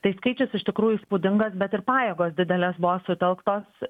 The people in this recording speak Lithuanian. tai skaičius iš tikrųjų įspūdingas bet ir pajėgos didelės buvo sutelktos